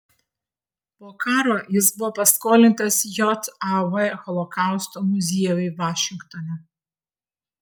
po karo jis buvo paskolintas jav holokausto muziejui vašingtone